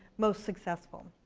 most successful.